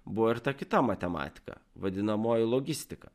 buvo ir ta kita matematika vadinamoji logistika